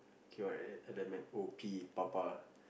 Q R L M N O P papa